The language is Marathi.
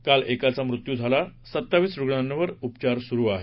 काल एकाचा मृत्यू झाला सत्तावीस रुग्णांवर उपचार सुरू आहेत